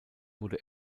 wurde